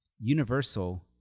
Universal